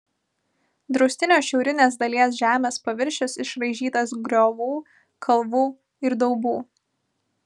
draustinio šiaurinės dalies žemės paviršius išraižytas griovų kalvų ir daubų